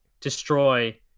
destroy